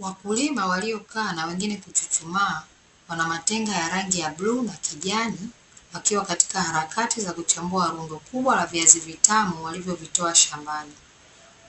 Wakulima waliokaa na wengine kuchuchumaa wana matenga ya rangi ya bluu na kijani wakiwa katika harakati za kuchambua rundo kubwa la viazi vitamu walivyovitoa shambani.